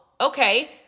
okay